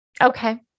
Okay